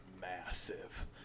massive